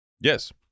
Yes